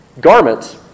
Garments